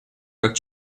как